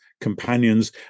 companions